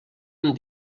amb